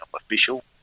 Official